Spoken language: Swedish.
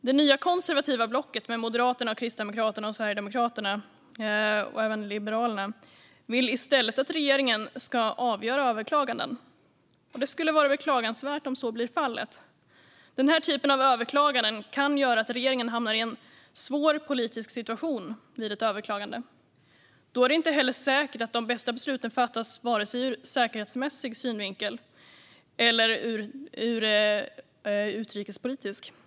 Det nya konservativa blocket med Moderaterna, Kristdemokraterna och Sverigedemokraterna, och även Liberalerna, vill i stället att regeringen ska avgöra överklaganden. Det skulle vara beklagansvärt om så blir fallet. Den här typen av överklaganden kan göra att regeringen hamnar i en svår politisk situation vid ett överklagande. Då är det inte heller säkert att de bästa besluten fattas vare sig ur säkerhetsmässig eller utrikespolitisk synvinkel.